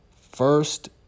First